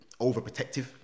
overprotective